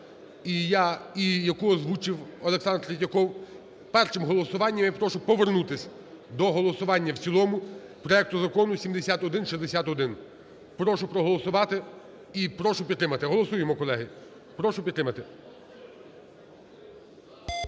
І яку озвучив Олександр Третьяков. Першим голосуванням я прошу повернутися до голосування в цілому проекту Закону 7161. Прошу проголосувати і прошу підтримати. Голосуємо, колеги. Прошу підтримати.